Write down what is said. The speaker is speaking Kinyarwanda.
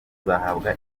uzahabwa